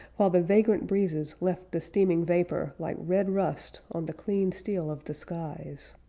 while the vagrant breezes left the streaming vapor like red rust on the clean steel of the skies.